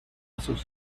sus